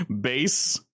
base